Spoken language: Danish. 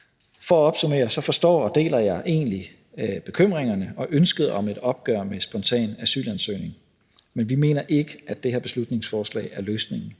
For at opsummere forstår og deler jeg egentlig bekymringerne og ønsket om et opgør med spontan asylansøgning, men vi mener ikke, at det her beslutningsforslag er løsningen.